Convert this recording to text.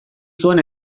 zuen